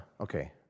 Okay